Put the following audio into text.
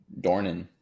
Dornan